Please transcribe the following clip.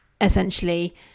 essentially